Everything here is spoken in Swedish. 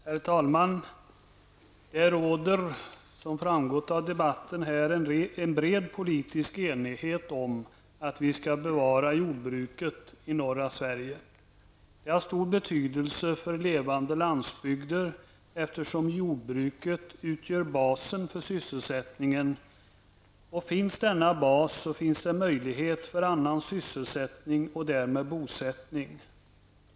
Herr talman! Det råder, som framgått av debatten här, en bred politisk enighet om att vi skall bevara jordbruket i norra Sverige. Det har stor betydelse för levande landsbygder eftersom jordbruket utgör basen för sysselsättningen. Finns denna bas så finns möjlighet för annan sysselsättning och därmed bosättning.